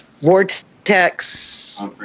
Vortex